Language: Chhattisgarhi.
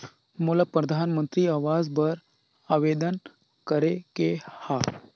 मोला परधानमंतरी आवास बर आवेदन करे के हा?